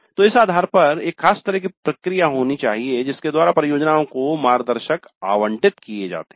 तो इस आधार पर एक खास तरह की प्रक्रिया होनी चाहिए जिसके द्वारा परियोजनाओं को मार्गदर्शक आवंटित किए जाते हैं